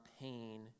pain